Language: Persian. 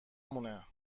مونه